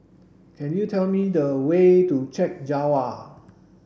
could you tell me the way to Chek Jawa